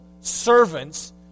servants